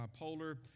bipolar